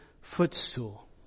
footstool